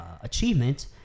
achievement